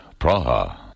Praha